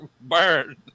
Burn